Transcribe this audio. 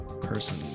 person